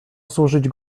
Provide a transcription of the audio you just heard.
służyć